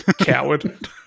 Coward